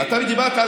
לא.